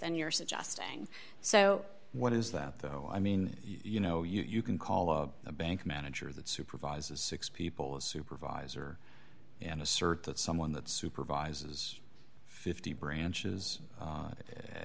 than you're suggesting so what is that though i mean you know you can call a bank manager that supervises six people a supervisor and assert that someone that supervises fifty branches is a